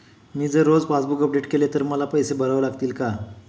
मी जर रोज passbook update केले तर मला पैसे भरावे लागतील का?